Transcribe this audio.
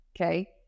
okay